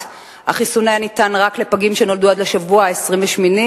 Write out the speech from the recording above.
החיסון היה ניתן רק לפגים שנולדו עד השבוע ה-28,